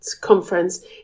conference